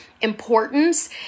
importance